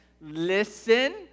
listen